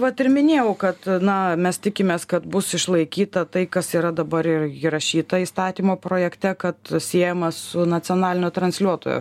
vat ir minėjau kad na mes tikimės kad bus išlaikyta tai kas yra dabar ir įrašyta įstatymo projekte kad siejama su nacionalinio transliuotojo